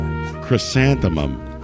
Chrysanthemum